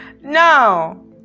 now